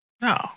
No